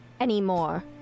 anymore